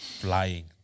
flying